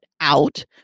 out